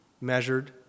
measured